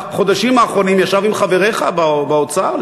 בחודשים האחרונים ישב עם חבריך באוצר,